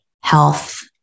health